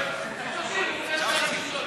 אנחנו נביא בקרוב חוק לפני הכנסת